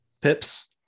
Pips